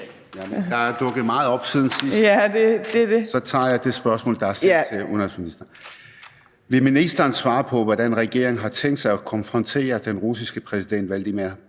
Der er dukket meget op siden sidst. Men så tager jeg det spørgsmål, der er sendt til udenrigsministeren: Vil ministeren svare på, hvordan regeringen har tænkt sig at konfrontere den russiske præsident, Vladimir